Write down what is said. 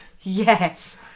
yes